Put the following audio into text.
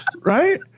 Right